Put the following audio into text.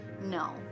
No